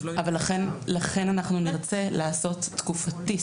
אז לא --- לכן אנחנו נרצה לעשות תקופתי,